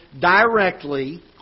directly